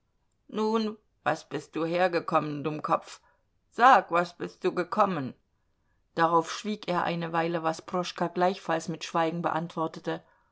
nun was bist du hergekommen dummkopf sag was bist du gekommen darauf schwieg er eine weile was proschka gleichfalls mit schweigen beantwortete